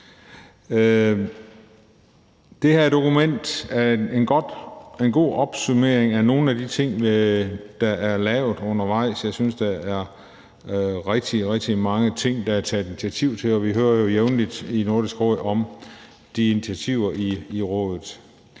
Det her dokument er en god opsummering af nogle af de ting, der er lavet undervejs. Jeg synes, at der er rigtig, rigtig mange ting, der er taget initiativ til, og vi hører jo jævnligt i Nordisk Råd om de initiativer. Jeg